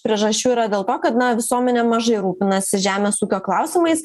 priežasčių yra dėl to ka visuomenė mažai rūpinasi žemės ūkio klausimais